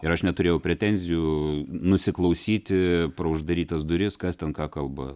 ir aš neturėjau pretenzijų nusiklausyti pro uždarytas duris kas ten ką kalba